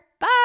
Bye